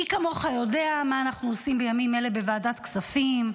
מי כמוך יודע מה אנחנו עושים בימים אלה בוועדת כספים,